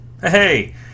Hey